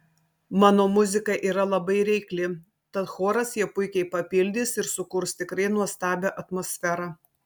mano muzika yra labai reikli tad choras ją puikiai papildys ir sukurs tikrai nuostabią atmosferą